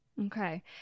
Okay